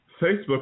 Facebook